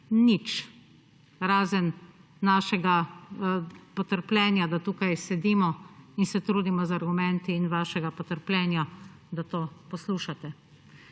nič; razen našega potrpljenja, da tukaj sedimo in se trudimo z argumenti, in vašega potrpljenja, da to poslušate.